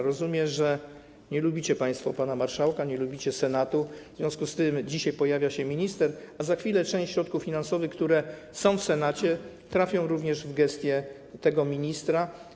Rozumiem, że nie lubicie państwo pana marszałka, nie lubicie Senatu, w związku z czym dzisiaj pojawia się minister, a za chwilę część środków finansowych, które są w Senacie, zostanie przekazana w gestię tego ministra.